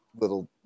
little